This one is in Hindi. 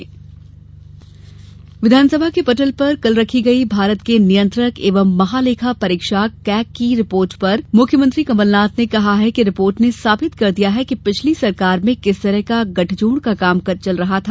कमलनाथ विधानसभा के पटल पर कल रखी गयी भारत के नियंत्रक एवं महालेखा परीक्षक कैग की रिपोर्ट पर मुख्यमंत्री कमलनाथ ने कहा कि रिपोर्ट ने साबित कर दिया है कि पिछली सरकार में किस तरह का गठजोड़ काम कर रहा था